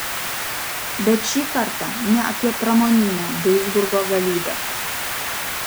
bet šį kartą ne apie pramoninę duisburgo galybę